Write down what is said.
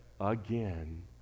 again